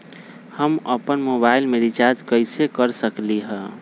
हम अपन मोबाइल में रिचार्ज कैसे कर सकली ह?